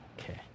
Okay